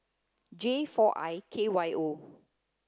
J four I K Y O